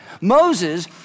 Moses